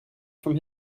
from